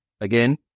again